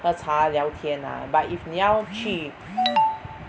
喝茶聊天 lah but if 你要去